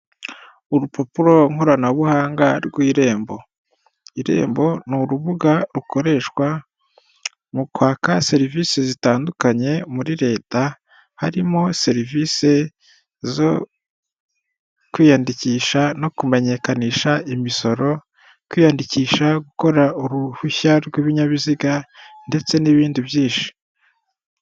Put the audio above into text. Urupapuro nkoranabuhanga rw'irembo. Irembo ni urubuga rukoreshwa mu kwaka serivise zitandukanye muri leta, harimo serivise zo kwiyandikisha no kumenyekanisha imisoro, kwiyandikisha gukora uruhushya rw'ibinyabiziga ndetse n'ibindi byinshi.